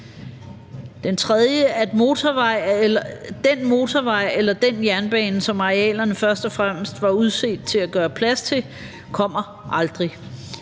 i landet. Den motorvej eller den jernbane, som arealerne først og fremmest var udset til at gøre plads til, kommer aldrig.